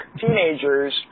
teenagers